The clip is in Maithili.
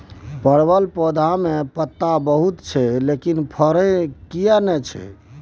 परवल पौधा में पत्ता बहुत छै लेकिन फरय किये नय छै?